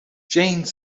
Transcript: jane